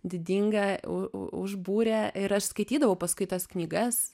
didinga u u užbūrė ir aš skaitydavau paskui tas knygas